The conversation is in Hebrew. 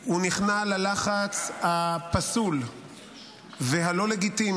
הוא נכנע ללחץ הפסול והלא-לגיטימי